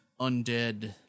undead